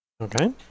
Okay